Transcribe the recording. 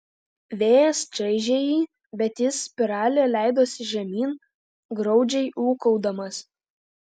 vėjas čaižė jį bet jis spirale leidosi žemyn graudžiai ūkaudamas